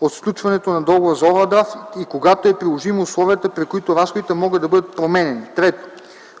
от сключването на договора за овърдрафт и когато е приложимо, условията, при които разходите могат да бъдат променяни; 3.